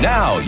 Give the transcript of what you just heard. Now